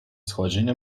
сходження